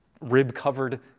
rib-covered